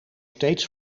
steeds